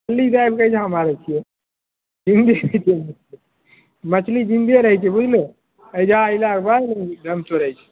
मछलीके आबिके यहाँ मारै छिए मछली जिन्दे रहै छै बुझलहो एहिजाँ अएलाके बाद दम तोड़ै छै